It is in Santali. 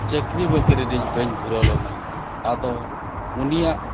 ᱪᱟᱹᱠᱨᱤ ᱵᱟᱹᱠᱨᱤ ᱨᱮ ᱵᱟᱹᱧ ᱫᱷᱩᱨᱟᱹᱣ ᱞᱮᱱᱟ ᱟᱫᱚ ᱩᱱᱤᱭᱟᱜ